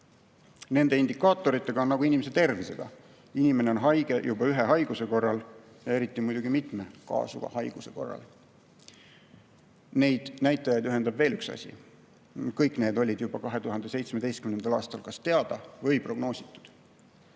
Nende indikaatoritega on nagu inimese tervisega: inimene on haige juba ühe haiguse korral ja eriti muidugi mitme kaasuva haiguse korral. Neid näitajaid ühendab veel üks asi: kõik need olid juba 2017. aastal kas teada või prognoositud.